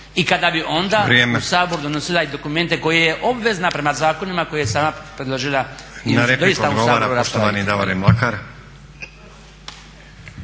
i kada bi onda u Sabor donosila i dokumente koje je obvezna prema zakonima koje je sama predložila doista u Saboru raspraviti.